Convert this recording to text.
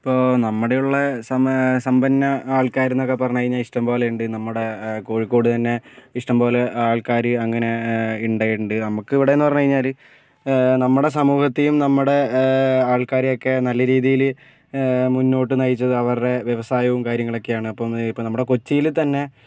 ഇപ്പോൾ നമ്മുടെ ഉള്ള സ സമ്പന്ന ആൾക്കാർ എന്നൊക്കെ പറഞ്ഞു കഴിഞ്ഞാൽ ഇഷ്ടംപോലെ ഉണ്ട് നമ്മുടെ കോഴിക്കോട് തന്നെ ഇഷ്ടംപോലെ ആൾക്കാർ അങ്ങനെ ഉണ്ടായിട്ടുണ്ട് നമുക്ക് ഇവിടെ എന്ന് പറഞ്ഞു കഴിഞ്ഞാല് നമ്മുടെ സമൂഹത്തെയും നമ്മുടെ ആൾക്കാരെ ഒക്കെ നല്ല രീതിയില് മുന്നോട്ട് നയിച്ചത് അവരുടെ വ്യവസായവും കാര്യങ്ങളൊക്കെയാണ് അപ്പോൾ ഇപ്പോൾ നമ്മുടെ കൊച്ചിയിൽ തന്നെ